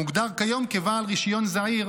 מוגדר כיום כבעל רישיון זעיר,